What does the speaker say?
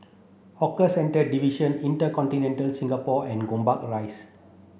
Hawker Centres Division InterContinental Singapore and Gombak Rise